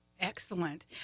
Excellent